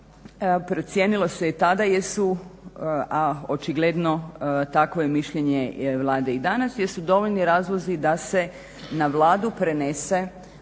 procijenilo se i tada jesu, a očigledno takvo je mišljenje Vlade i danas jesu dovoljni razlozi da se na Vladu prenese